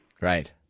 Right